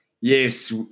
yes